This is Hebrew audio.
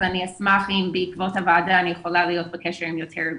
אז אני אשמח אם בעקבות הוועדה אני אוכל להיות בקשר עם יותר ארגונים.